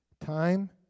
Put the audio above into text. Time